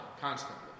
constantly